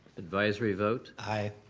advisory vote? aye.